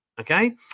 okay